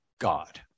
God